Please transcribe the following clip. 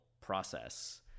process